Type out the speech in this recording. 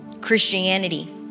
Christianity